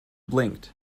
blinked